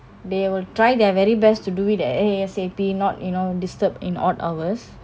they will try their very best to do it A_S_A_P not you know disturbed in odd hours